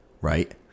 right